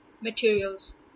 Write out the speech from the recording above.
materials